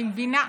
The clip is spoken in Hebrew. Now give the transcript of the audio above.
אני מבינה,